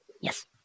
Yes